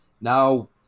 Now